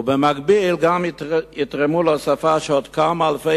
ובמקביל גם יתרמו להוספה של עוד כמה אלפי